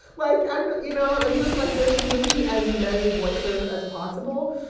like, i'm you know, i'm just like, there should just be as many voices as possible.